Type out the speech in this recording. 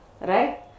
Right